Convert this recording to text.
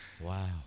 Wow